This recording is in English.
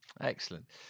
Excellent